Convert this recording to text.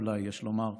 אולי יש לומר,